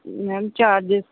ma'am charges